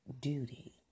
duty